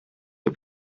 the